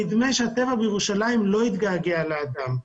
נדמה שהטבע בירושלים לא התגעגע לאדם.